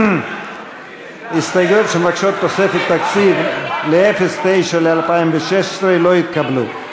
ההסתייגויות שמבקשות תוספת תקציב ל-09 ל-2015 לא התקבלו.